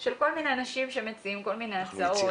של כל מיני אנשים שמציעים כל מיני הצעות.